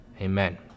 Amen